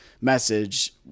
message